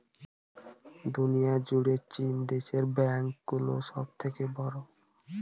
দুনিয়া জুড়ে চীন দেশের ব্যাঙ্ক গুলো সব থেকে বড়ো